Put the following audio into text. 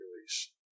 release